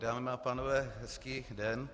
Dámy a pánové, hezký den.